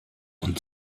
und